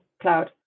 cloud